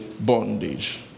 bondage